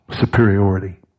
superiority